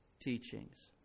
teachings